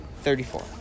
thirty-four